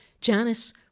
Janice